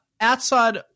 outside